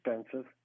expensive